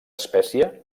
espècie